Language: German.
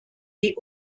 die